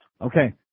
Okay